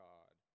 God